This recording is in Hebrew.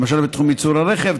למשל בתחום ייצור הרכב,